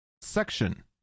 section